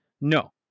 No